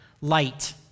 light